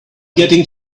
getting